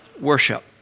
worship